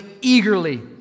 eagerly